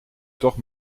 toch